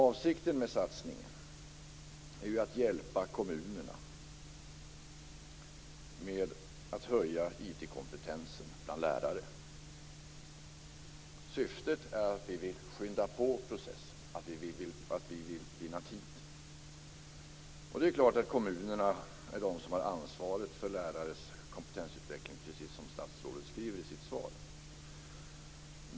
Avsikten med satsningen är ju att hjälpa kommunerna med att höja IT-kompetensen bland lärare. Syftet är att vi vill skynda på processen. Det är klart att det är kommunerna som har ansvaret för lärares kompetensutveckling, precis som statsrådet skriver i sitt svar.